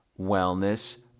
wellness